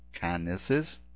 kindnesses